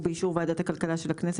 ובאישור ועדת הכלכלה של הכנס,